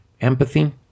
empathy